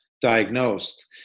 diagnosed